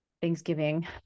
thanksgiving